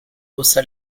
haussa